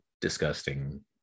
disgusting